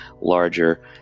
larger